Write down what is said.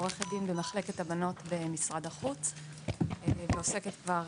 עורכת דין במחלקת אמנות במשרד החוץ ואני עוסקת כבר